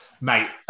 Mate